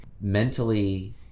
mentally